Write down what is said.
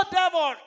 devil